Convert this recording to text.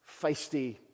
feisty